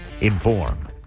inform